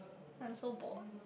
I'm so bored